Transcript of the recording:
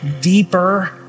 deeper